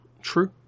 True